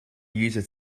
user